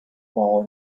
ball